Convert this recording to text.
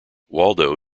waldo